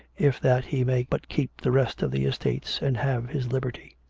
if that he may but keep the rest of the estates, and have his liberty.